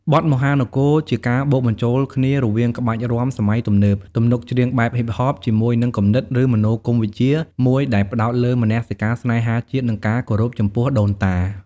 បទ "មហានគរ" ជាការបូកបញ្ចូលគ្នារវាងក្បាច់រាំសម័យទំនើប ទំនុកច្រៀងបែបហ៊ីបហប ជាមួយនឹងគំនិត ឬមនោគមវិជ្ជាមួយដែលផ្តោតលើមនសិការស្នេហាជាតិ និងការគោរពចំពោះដូនតា។